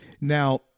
Now